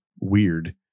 weird